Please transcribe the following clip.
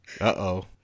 Uh-oh